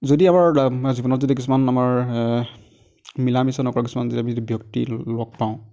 যদি আমাৰ তাৰমানে জীৱনত যদি কিছুমান আমাৰ মিলা মিছা নকৰা কিছুমান যদি আমি যদি ব্যক্তি লগ পাওঁ